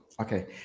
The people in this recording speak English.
okay